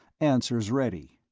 answers ready.